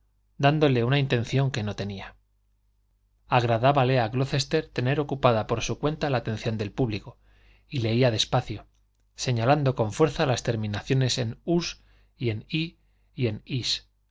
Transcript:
dándole una intención que no tenía agradábale a glocester tener ocupada por su cuenta la atención del público y leía despacio señalando con fuerza las terminaciones en us y en